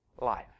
life